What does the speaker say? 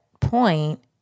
point